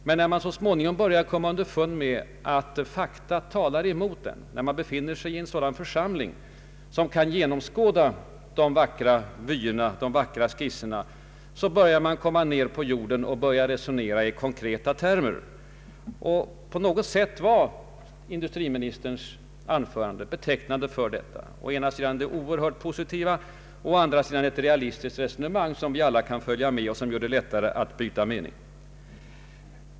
Men när man så småningom börjar komma under fund med att fakta talar emot och när man befinner sig i en församling som kan genomskåda de vackra vyerna och de vackra skisserna, då söker man sig ned på jorden och börjar resonera i konkreta termer. På något sätt var industriministerns anförande betecknande för detta å ena sidan det överdrivet positiva, å andra sidan ett realistiskt resonemang som gör att vi alla kan följa med och som gör det lättare att utbyta meningar.